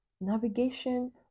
navigation